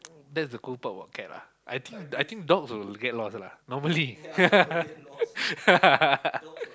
that's the cool part about cat ah I think I think dog will get lost lah normally